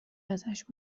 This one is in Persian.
ازش